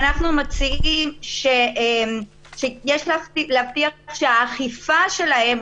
אנחנו מציעים שיש להבטיח שהאכיפה שלהן,